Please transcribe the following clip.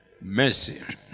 Mercy